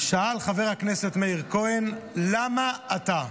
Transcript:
שאל חבר הכנסת מאיר כהן: למה אתה?